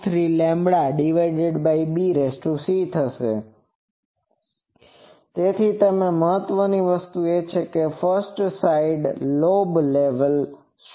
43bc તેથી મહત્વની વસ્તુ એ છે કે ફસ્ટ સાઈડ લોબ લેવલ શું છે